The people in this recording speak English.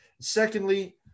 secondly